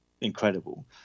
incredible